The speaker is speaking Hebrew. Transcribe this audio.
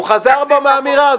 הוא חזר בו מהאמירה.